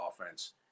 offense